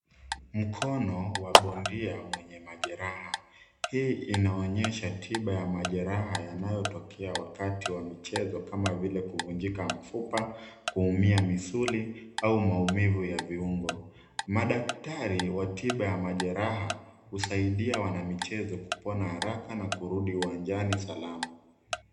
Mkono wa bondia mwenye majeraha. Hii inaonyesha tiba ya majeraha yanayotokea wakati wa michezo, kama vile kuvunjika mfupa, kuumia misuli au maumivu ya viungo. Madaktari wa tiba ya majeraha husaidia wanamichezo kupona haraka na kurudi uwanjani salama.